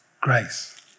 grace